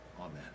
Amen